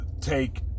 take